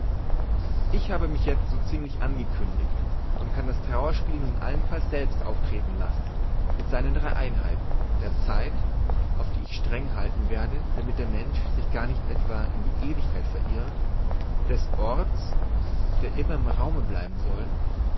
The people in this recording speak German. ich habe mich jezt so ziemlich angekündigt und kann das trauerspiel nun allenfalls selbst auftreten lassen mit seinen drei einheiten der zeit auf die ich streng halten werde damit der mensch sich gar nicht etwa in die ewigkeit verirrt des orts der immer im raume bleiben soll